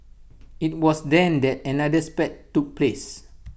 IT was then that another spat took place